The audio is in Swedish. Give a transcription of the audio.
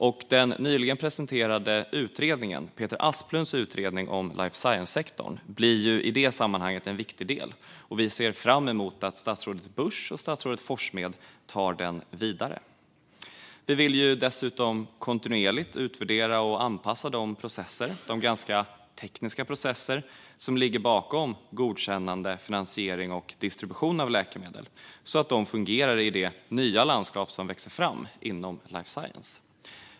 Peter Asplunds nyligen presenterade utredning om life science-sektorn blir i det sammanhanget en viktig del, och vi ser fram emot att statsrådet Busch och statsrådet Forssmed tar den vidare. Vi vill dessutom kontinuerligt utvärdera och anpassa de ganska tekniska processer som ligger bakom godkännande, finansiering och distribution av läkemedel så att de fungerar i det nya landskap som växer fram inom life science.